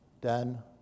Done